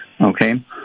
Okay